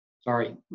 sorry